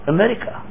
America